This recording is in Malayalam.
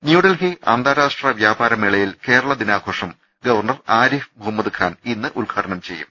ന്യൂഡൽഹി അന്താരാഷ്ട്ര വൃാപാര മേളയിൽ കേരള ദിനാ ഘോഷം ഗവർണർ ആരിഫ് മുഹമ്മദ് ഖാൻ ഇന്ന് ഉദ്ഘാ ടനം ചെയ്യും